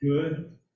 good